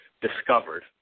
discovered